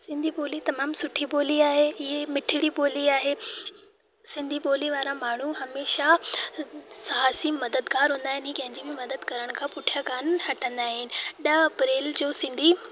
सिंधी ॿोली तमामु सुठी ॿोली आहे हीअ मिठिड़ी ॿोली आहे सिंधी ॿोली वारा माण्हू हमेशा साहसी मददगार हूंदा आहिनि ही कंहिंजी बि मदद करण खां पुठियां कान हटंदा आहिनि ॾह अप्रेल जो सिंधी